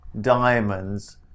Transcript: diamonds